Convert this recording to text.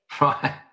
Right